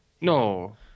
no